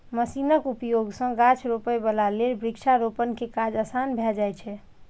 मशीनक उपयोग सं गाछ रोपै बला लेल वृक्षारोपण के काज आसान भए जाइ छै